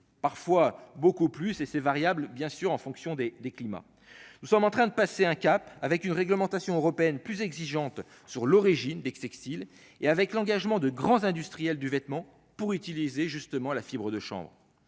parfois beaucoup plus, c'est c'est variable bien sûr en fonction des des climats, nous sommes en train de passer un cap avec une réglementation européenne plus exigeante sur l'origine d'Aix textile et avec l'engagement de grands industriels du vêtement pour utiliser justement la fibre de chambre